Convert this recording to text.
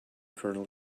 kernel